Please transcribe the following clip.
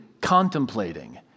contemplating